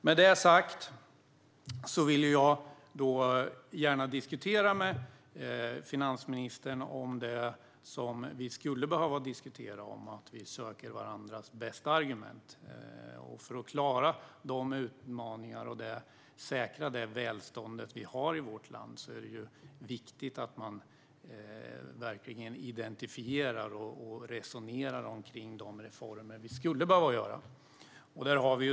Med detta sagt vill jag gärna diskutera med finansministern på det sätt vi skulle behöva diskutera, där vi söker varandras bästa argument. För att klara de utmaningar och för att säkra det välstånd vi har i vårt land är det viktigt att man verkligen identifierar och resonerar om de reformer vi skulle behöva göra.